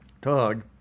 Tug